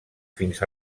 fins